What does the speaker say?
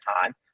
time